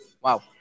Wow